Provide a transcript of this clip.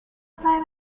play